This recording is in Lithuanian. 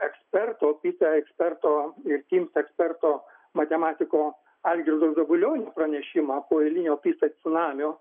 eksperto pisa eksperto ir kims eksperto matematiko algirdo zabulionio pranešimą po eilinio pisa cunamio